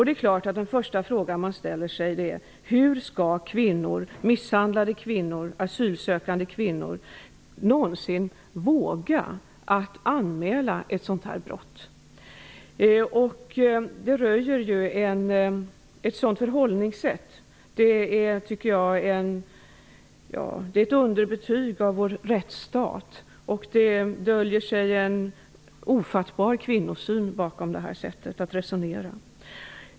Det är klart att den första fråga man ställer sig är hur asylsökande, misshandlade kvinnor någonsin skall våga anmäla ett sådant brott. Detta röjer ett förhållningssätt som ger underbetyg åt vår rättsstat. Det döljer sig en ofattbar kvinnosyn bakom detta sätt att resonera.